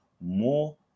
more